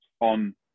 on